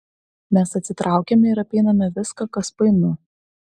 mes atsitraukiame ir apeiname viską kas painu